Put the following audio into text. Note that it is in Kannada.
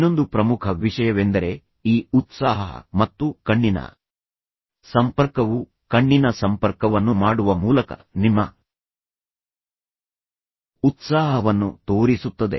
ಇನ್ನೊಂದು ಪ್ರಮುಖ ವಿಷಯವೆಂದರೆ ಈ ಉತ್ಸಾಹ ಮತ್ತು ಕಣ್ಣಿನ ಸಂಪರ್ಕವು ಕಣ್ಣಿನ ಸಂಪರ್ಕವನ್ನು ಮಾಡುವ ಮೂಲಕ ನಿಮ್ಮ ಉತ್ಸಾಹವನ್ನು ತೋರಿಸುತ್ತದೆ